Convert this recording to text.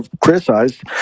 criticized